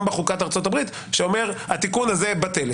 בחוקת ארצות הברית שאומר שהתיקון הזה בטל.